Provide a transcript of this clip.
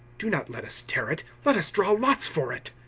do not let us tear it. let us draw lots for it.